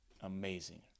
amazing